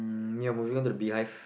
ya moving on to the beehive